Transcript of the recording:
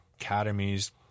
academies